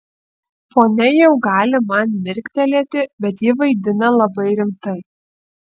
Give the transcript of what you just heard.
ponia jau gali man mirktelėti bet ji vaidina labai rimtai